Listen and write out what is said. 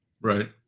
Right